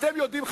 אתם יודעים,